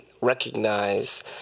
recognize